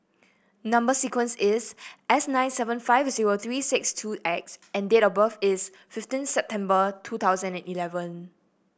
number sequence is S nine seven five zero three six two X and date of birth is fifteen September two thousand and eleven